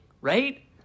right